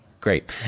Great